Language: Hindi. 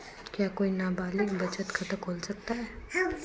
क्या कोई नाबालिग बचत खाता खोल सकता है?